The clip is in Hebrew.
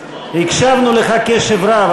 הקשבנו לך קשב רב,